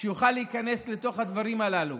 כדי שיוכל להיכנס לתוך הדברים הללו,